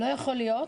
לא יכול להיות